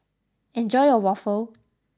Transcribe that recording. enjoy your waffle